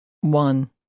One